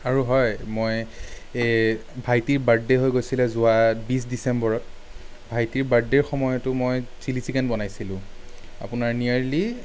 আৰু হয় মই এই ভাইটিৰ বাৰ্থ ডে' হৈ গৈছিলে যোৱা বিশ ডিচেম্বৰত ভাইটিৰ বাৰ্থ ডে'ৰ সময়তো মই ছিলি চিকেন বনাইছিলোঁ আপোনাৰ নিয়েৰলি